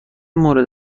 مورد